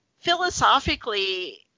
philosophically